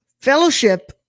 fellowship